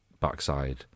backside